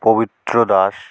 পবিত্র দাস